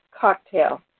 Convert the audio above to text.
cocktail